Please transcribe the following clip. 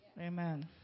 Amen